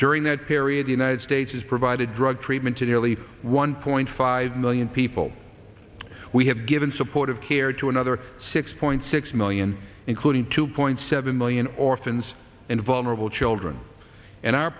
during that period the united states has provided drug treatment to nearly one point five million people we have given supportive care to another six point six million including two point seven million orphans and vulnerable children and our